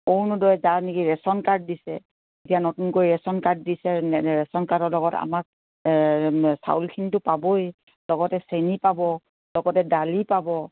অৰুণোদয় যাৰ নেকি ration card দিছে এতিয়া নতুনকৈ ৰেচন কাৰ্ড দিছে ৰেচন কাৰ্ডৰ লগত আমাক চাউলখিনিটো পাবই লগতে চেনি পাব লগতে দালি পাব